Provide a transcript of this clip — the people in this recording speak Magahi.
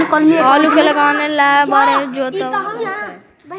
आलू के लगाने ल के बारे जोताबे पड़तै?